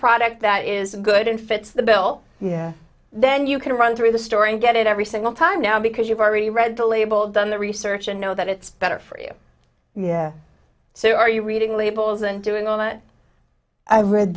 product that is good and fits the bill yeah then you can run through the store and get it every single time now because you've already read the label done the research and know that it's better for you yeah so are you reading labels and doing all that i've read